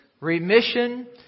remission